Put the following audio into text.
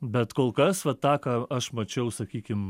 bet kol kas va tą ką aš mačiau sakykim